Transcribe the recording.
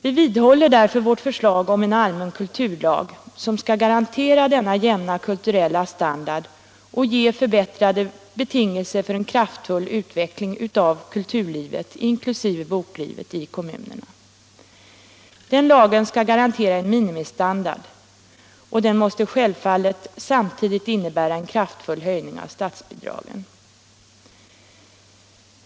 Vi vidhåller därför vårt förslag om en allmän kulturlag som skall garantera en jämn kulturell standard och ge förbättrade betingelser för en kraftfull utveckling av kulturlivet inklusive boklivet i kommunerna. Den lagen skall garantera en minimistandard, och den måste självfallet samtidigt innebära en kraftfull höjning av statsbidragen.